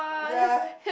ya